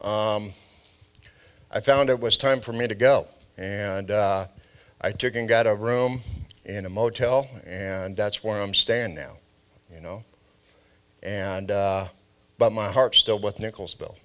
i found it was time for me to go and i took and got a room in a motel and that's where i'm stand now you know and but my heart still with nichols bill